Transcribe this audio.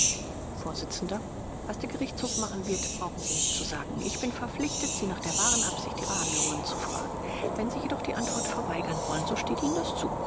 vors was der gerichtshof machen wird brauchen sie nicht zu sagen ich bin verpflichtet sie nach der wahren absicht ihrer handlungen zu fragen wenn sie jedoch die antwort verweigern wollen so steht ihnen das zu